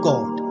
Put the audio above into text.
God